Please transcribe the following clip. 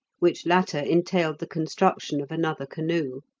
which latter entailed the construction of another canoe.